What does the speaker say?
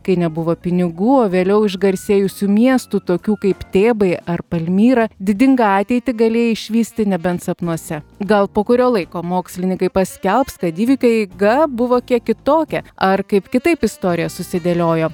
kai nebuvo pinigų o vėliau išgarsėjusių miestų tokių kaip tėbai ar palmyra didingą ateitį galėjai išvysti nebent sapnuose gal po kurio laiko mokslininkai paskelbs kad įvykių eiga buvo kiek kitokia ar kaip kitaip istorija susidėliojo